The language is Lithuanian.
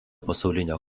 pasaulinio